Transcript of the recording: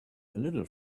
little